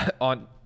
on